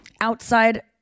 outside